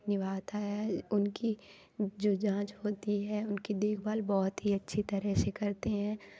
निभाता है उनकी जो जाँच होती है उनकी देखभाल बहुत ही अच्छी तरह से करते हैं